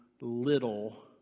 little